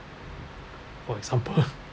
for example